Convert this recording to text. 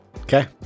Okay